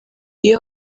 iyo